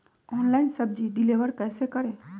Online सब्जी deliver कैसे करें?